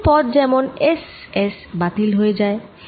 কিছু পদ যেমন S S বাতিল হয়ে যায়